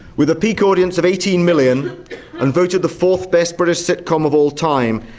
with a peak audience of eighteen million and voted the fourth best british sitcom of all time,